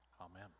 Amen